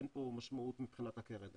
אין פה משמעות מבחינת הקרן,